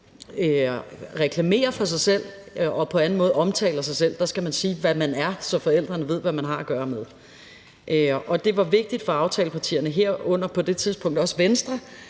reklamerer for sig selv på eller på anden måde omtaler sig selv, skal sige, hvad man er, så forældrene ved, hvad de har med at gøre. Og det var vigtigt for aftalepartierne, herunder på det tidspunkt også Venstre,